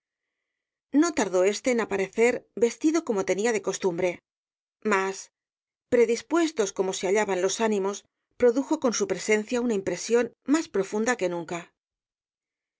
no tardó éste en aparecer vestido como tenía de costumbre mas predispuestos como se hallaban los ánimos produjo con su presencia una impresión más profunda que nunca